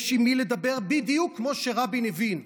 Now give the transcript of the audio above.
יש עם מי לדבר, בדיוק כמו שרבין הבין.